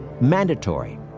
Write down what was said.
mandatory